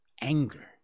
anger